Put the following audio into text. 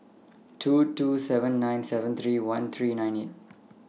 two two seven nine seven three one three nine eight